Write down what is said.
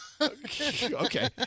Okay